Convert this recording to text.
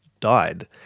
Died